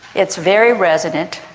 it's very resonant.